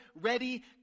ready